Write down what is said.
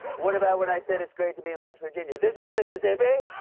what about when i said it's great to be in west virginia? this is mississippi?